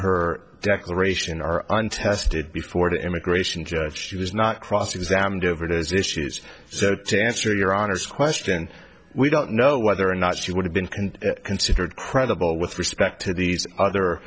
her declaration are untested before the immigration judge she was not cross examined over those issues so to answer your honor's question we don't know whether or not she would have been kind considered credible with respect to these other